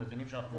הם מבינים שאנחנו